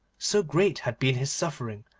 so great had been his suffering,